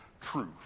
truth